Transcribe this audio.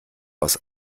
aus